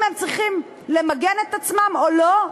אם הם צריכים למגן את עצמם או לא,